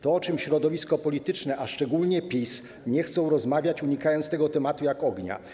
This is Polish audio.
To, o czym środowisko polityczne, a szczególnie PiS, nie chce rozmawiać, unikając tego tematu jak ognia.